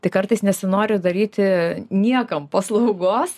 tai kartais nesinori daryti niekam paslaugos